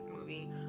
movie